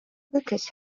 lucas